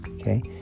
okay